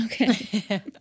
Okay